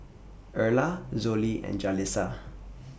Erla Zollie and Jalissa